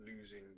losing